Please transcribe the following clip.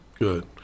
Good